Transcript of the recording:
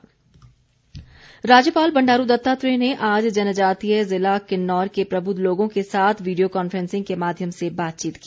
राज्यपाल राज्यपाल बंडारू दत्तात्रेय ने आज जनजातीय जिला किन्नौर के प्रबुद्ध लोगों के साथ वीडियों कॉन्फ्रेंसिंग के माध्यम से बातचीत की